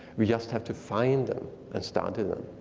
we just have to find them and start in them.